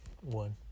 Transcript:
one